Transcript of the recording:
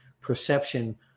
perception